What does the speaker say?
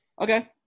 Okay